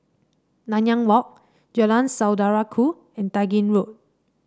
Nanyang Walk Jalan Saudara Ku and Tai Gin Road